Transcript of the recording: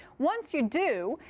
once you do,